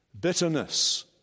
Bitterness